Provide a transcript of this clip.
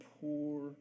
poor